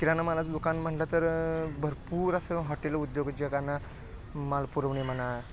किराणा मालाच दुकान म्हणलं तर भरपूर असं हॉटेल उद्योग जगांना माल पुरवणे म्हणा